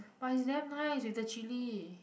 but it's damn nice with the chilli